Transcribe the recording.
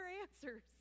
answers